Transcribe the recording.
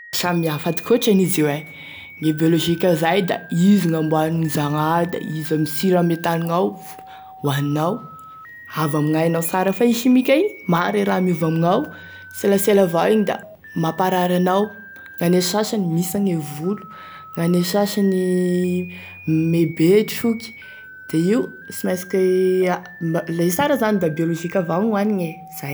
Samy hafa atokotry an'izy io e, e biôlozika zay da izy e namboarine zagnahary da izy e misiry ame tany gnao honianao, avy gn'ainao tsara, fa e chimique igny maro e raha miova amignao selasela avao igny da mamparary anao, gn'ane sasany mihisagny e volo, gn'ane sasany miebe nge troky, da io sy mainsy ki a, e sara zany da e biologique avao gn'hoanigne, zay.